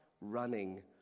running